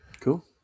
Cool